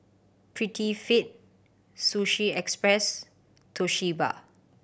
Prettyfit Sushi Express Toshiba